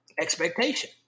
expectation